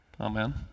Amen